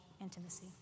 intimacy